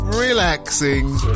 Relaxing